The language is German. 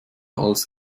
als